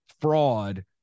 fraud